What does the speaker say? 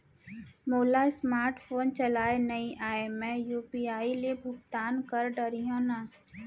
मोला smart phone चलाए नई आए मैं यू.पी.आई ले भुगतान कर डरिहंव न?